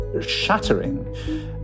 shattering